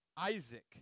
Isaac